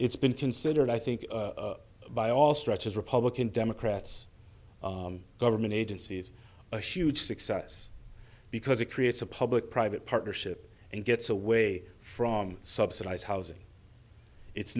it's been considered i think by all stretches republican democrats government agencies a huge success because it creates a public private partnership and gets away from subsidized housing it's